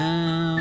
Now